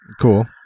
Cool